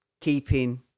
keeping